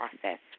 process